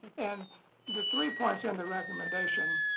and the three points in the recommendation,